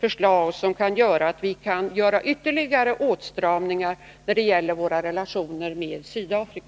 förslag som kan medföra att vi får möjlighet att vidta ytterligare åtstramningar i våra relationer till Sydafrika.